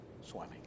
swimming